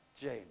James